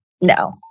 no